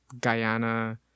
Guyana